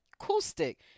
acoustic